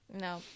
No